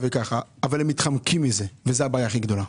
אבל הם מתחמקים מזה וזאת הבעיה הכי גדולה.